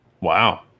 Wow